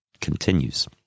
Continues